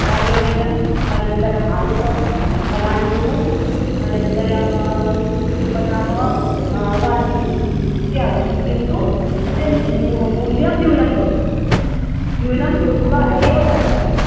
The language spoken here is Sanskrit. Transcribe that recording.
कारवेल्लम् अनन्तरम् आलुकं पलाण्डुः अनन्तरं किं वदामः वार्तिकी इति आवश्यकं किन्तु तस्य न्यूनं मूल्यं न्यूनं करोतु न्यूनं कृत्वा एव ददातु